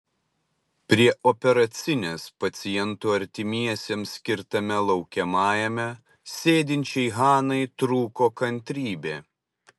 prie operacinės pacientų artimiesiems skirtame laukiamajame sėdinčiai hanai trūko kantrybė